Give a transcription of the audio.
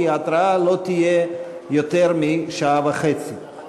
כי ההתרעה לא תהיה יותר משעה וחצי לפני ההצבעה.